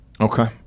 Okay